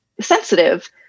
sensitive